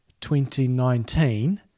2019